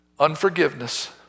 unforgiveness